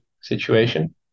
situation